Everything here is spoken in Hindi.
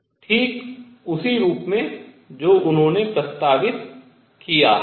ठीक उसी रूप में जो उन्होंने प्रस्तावित किया है